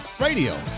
radio